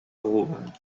rua